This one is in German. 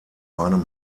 einem